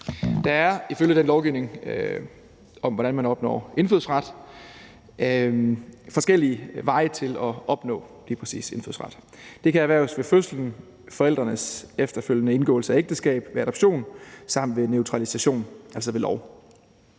Der er ifølge den lovgivning om, hvordan man opnår indfødsret, forskellige veje til at opnå lige præcis indfødsret. Den kan erhverves ved fødslen, ved forældrenes efterfølgende indgåelse af ægteskab, ved adoption samt ved naturalisation, altså ved lov.